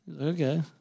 Okay